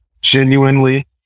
Genuinely